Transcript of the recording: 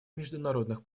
международных